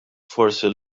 forsi